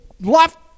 left